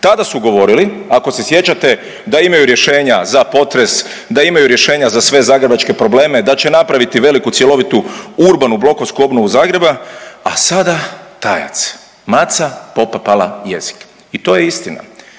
Tada su govorili, ako se sjećate, da imaju rješenja za potres, da imaju rješenja za sve zagrebačke probleme, da će napraviti cjelovitu urbanu blokovsku obnovu Zagreba, a sada tajac. Maca popala jezik i to je istina,